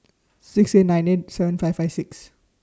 six eight nine eight seven five five six